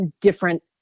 different